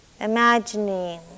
imagining